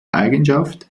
eigenschaft